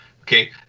Okay